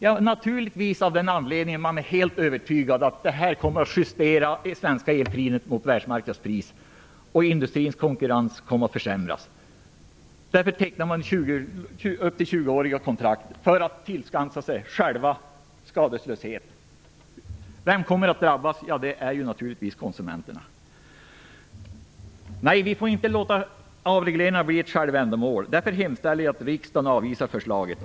Jo, naturligtvis av den anledningen att man är helt övertygad om att de svenska elpriserna kommer att justeras mot världsmarknadspriser. Industrins konkurrenskraft kommer att försämras. Nu tecknas upp till tjugoåriga kontrakt, för att man vill tillskansa sig själv skadeslöshet. Och vilka kommer att drabbas? Jo, naturligtvis konsumenterna. Vi får inte låta avregleringarna bli ett självändamål. Därför hemställer jag att riksdagen avvisar förslaget.